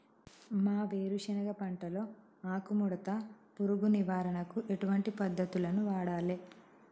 మా వేరుశెనగ పంటలో ఆకుముడత పురుగు నివారణకు ఎటువంటి పద్దతులను వాడాలే?